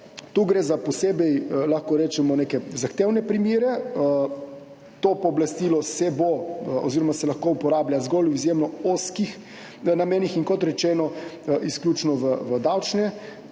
da gre tu za neke posebej zahtevne primere. To pooblastilo se bo oziroma se lahko uporablja zgolj v izjemno ozkih namenih in kot rečeno izključno v davčne